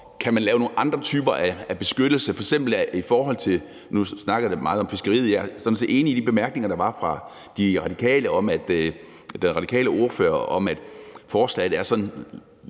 kan man lave nogle andre typer af beskyttelse, f.eks. i forhold til fiskeriet? Nu snakkede vi meget om fiskeriet, og jeg er sådan set enig i de bemærkninger, der var fra den radikale ordfører, om, at forslaget er sådan